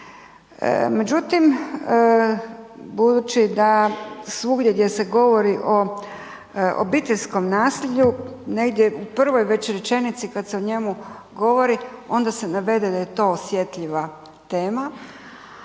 Međutim, budući da svugdje gdje se govori o obiteljskom nasilju negdje u prvoj već rečenici kad se o njemu govori onda se navede da je to osjetljiva tema,